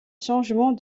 changement